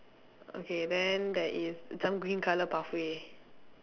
okay then there is some green colour pathway